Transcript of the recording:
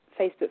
Facebook